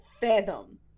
fathom